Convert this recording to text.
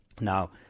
Now